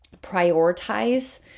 prioritize